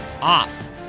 off